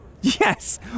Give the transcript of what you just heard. Yes